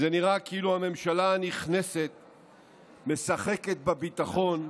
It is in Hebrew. זה נראה כאילו הממשלה הנכנסת משחקת בביטחון,